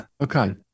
okay